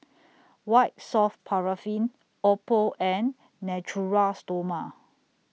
White Soft Paraffin Oppo and Natura Stoma